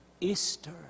Easter